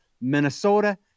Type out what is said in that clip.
Minnesota